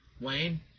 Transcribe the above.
Wayne